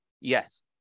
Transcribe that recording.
yes